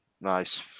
Nice